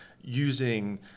using